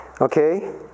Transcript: Okay